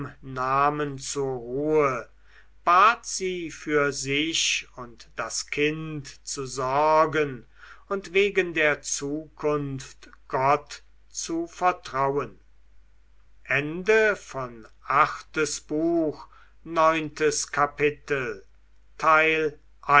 namen zur ruhe bat sie für sich und das kind zu sorgen und wegen der zukunft gott zu vertrauen